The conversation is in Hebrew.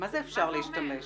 מה זה אפשר להשתמש בו?